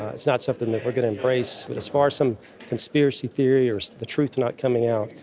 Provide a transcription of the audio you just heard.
it's not something that we're going to embrace. as far as some conspiracy theory or the truth not coming out,